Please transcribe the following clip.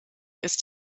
ist